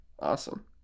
Awesome